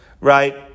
right